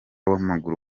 w’amaguru